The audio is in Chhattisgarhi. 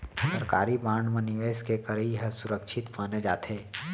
सरकारी बांड म निवेस के करई ह सुरक्छित माने जाथे